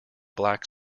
black